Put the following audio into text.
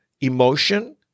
emotion